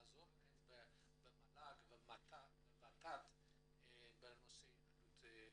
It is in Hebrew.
לעזור להם במל"ג וות"ל בנושא יהדות הודו?